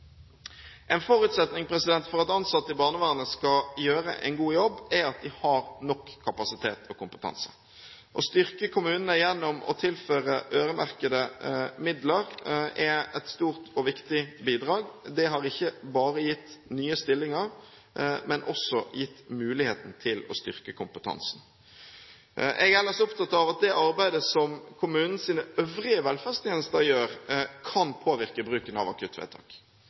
En forutsetning for at ansatte i barnevernet skal gjøre en god jobb er at de har nok kapasitet og kompetanse. Å styrke kommunene gjennom å tilføre øremerkede midler er et stort og viktig bidrag. Det har ikke bare gitt nye stillinger, men også gitt muligheten til å styrke kompetansen. Jeg er ellers opptatt av at det arbeidet som kommunens øvrige velferdstjenester gjør, kan påvirke bruken av akuttvedtak.